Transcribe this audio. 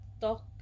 talk